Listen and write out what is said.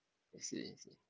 I see I see